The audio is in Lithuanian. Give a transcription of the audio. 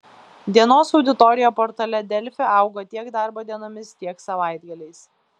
dienos auditorija portale delfi augo tiek darbo dienomis tiek savaitgaliais